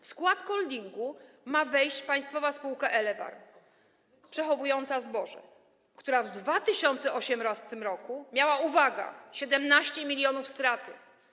W skład holdingu ma wejść państwowa spółka Elewarr przechowująca zboże, która w 2018 r. miała - uwaga - 17 mln strat.